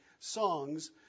Songs